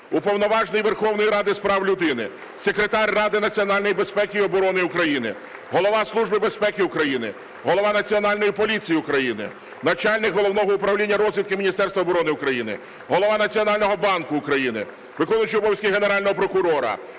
Уповноважений Верховної Ради з прав людини, Секретар Ради національної безпеки і оборони України, Голова Служби безпеки України, Голова Національної поліції України, начальник Головного управління розвідки Міністерства оборони України, Голова Національного банку України, виконуючий обов'язки Генерального прокурора,